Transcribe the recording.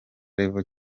level